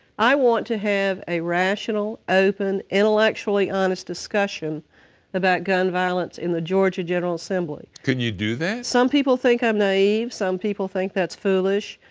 i want to have a rational, open, intellectually, honest discussion about gun violence in the georgia general assembly. can you do that? some people think i'm naive. some people think that's foolish.